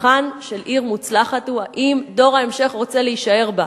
מבחן של עיר מוצלחת הוא אם דור ההמשך רוצה להישאר בה.